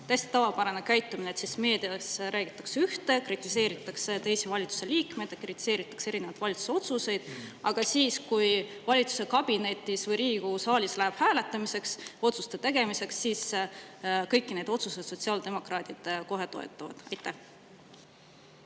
täiesti tavapärane käitumine? Meedias räägitakse ühte, kritiseeritakse teisi valitsuse liikmeid, kritiseeritakse valitsuse otsuseid, aga kui valitsuskabinetis või Riigikogu saalis läheb hääletamiseks, otsuste tegemiseks, siis kõiki neid otsuseid sotsiaaldemokraadid kohe toetavad. Aitäh!